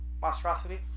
monstrosity